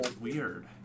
weird